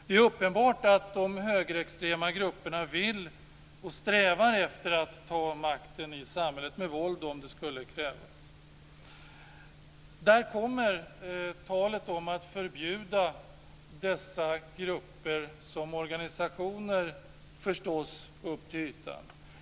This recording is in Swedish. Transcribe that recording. Det är uppenbart att de högerextrema grupperna vill och strävar efter att ta makten i samhället - med våld om det skulle krävas. Där kommer talet om att förbjuda dessa grupper som organisationer förstås upp till ytan.